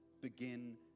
begin